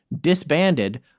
disbanded